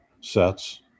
sets